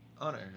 honor